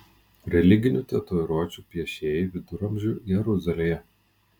religinių tatuiruočių piešėjai viduramžių jeruzalėje